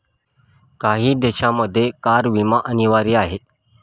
काही देशांमध्ये कार विमा अनिवार्य आहे